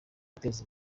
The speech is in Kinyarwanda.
guteza